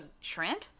shrimp